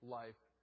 life